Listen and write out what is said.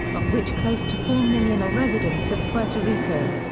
of which close to four million are residents of puerto rico.